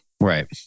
Right